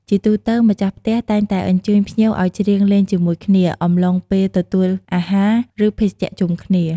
ជាទូទៅ ម្ចាស់ផ្ទះតែងតែអញ្ជើញភ្ញៀវឱ្យច្រៀងលេងជាមួយគ្នា អំឡុងពេលទទួលអាហារ ឬ ភេសជ្ជៈជុំគ្នា។